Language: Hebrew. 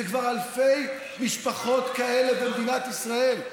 זה כבר אלפי משפחות כאלה במדינת ישראל,